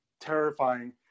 terrifying